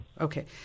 Okay